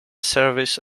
service